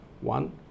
one